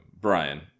Brian